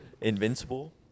Invincible